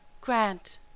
Grant